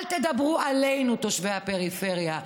אל תדברו עלינו, תושבי הפריפריה,